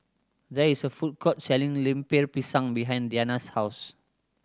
there is a food court selling Lemper Pisang behind Deana's house